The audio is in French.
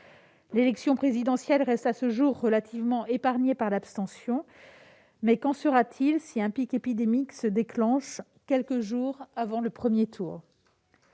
L'élection présidentielle reste à ce jour relativement épargnée par l'abstention, mais qu'en sera-t-il si un pic épidémique se déclenche quelques jours avant le premier tour ?